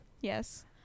yes